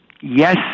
Yes